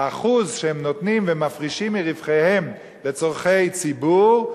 האחוז שהן נותנות ומפרישות מרווחיהן לצורכי ציבור,